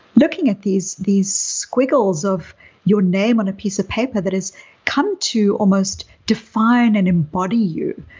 looking at these these squiggles of your name on a piece of paper that has come to almost define and embody you,